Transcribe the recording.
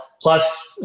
Plus